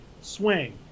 swing